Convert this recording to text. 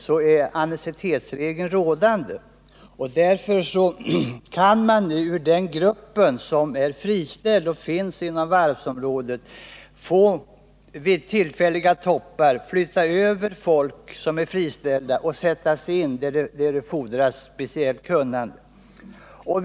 Därför är det en fördel att ur en grupp av friställda, som finns inom varvsområdet, vid tillfälliga toppar kunna sätta in personer som har speciellt kunnande i produktionen.